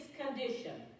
condition